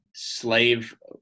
slave